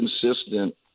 consistent